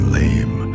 lame